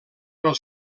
pel